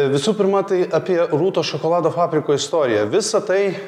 visų pirma tai apie rūtos šokolado fabriko istoriją visa tai